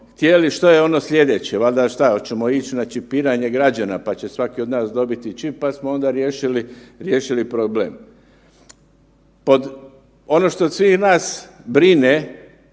htjeli. Što je ono sljedeće? Valjda što, hoćemo ići na čipiranje građana pa će svaki od nas dobiti čip pa smo onda riješili problem. Pod, ono što svih nas brine